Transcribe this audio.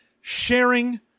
sharing